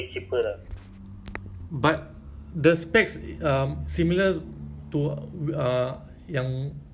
but the specs um similar to uh yang which iphone